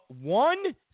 one